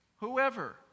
whoever